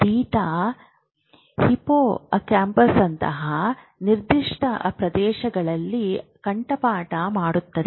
theta hippo ಕ್ಯಾಂಪಸ್ನಂತಹ ನಿರ್ದಿಷ್ಟ ಪ್ರದೇಶಗಳಲ್ಲಿ ಕಂಠಪಾಠ ಮಾಡುತ್ತದೆ